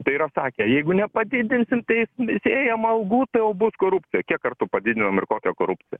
tai yra sakė jeigu nepadidinsim tai teisėjam algų tai jau bus korupcija kiek kartų padidinom ir kokia korupcija